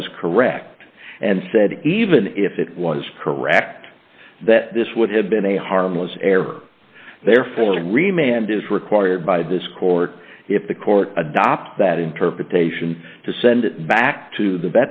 was correct and said even if it was correct that this would have been a harmless error therefore remain and if required by this court if the court adopt that interpretation to send it back to the